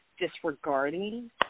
disregarding